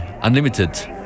Unlimited